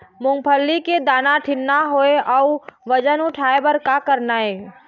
मूंगफली के दाना ठीन्ना होय अउ वजन बढ़ाय बर का करना ये?